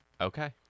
Okay